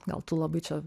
gal tu labai čia